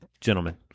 gentlemen